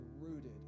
rooted